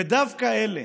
ודווקא אלה,